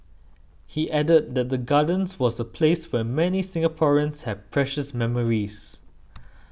he added that the Gardens was a place where many Singaporeans have precious memories